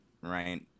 right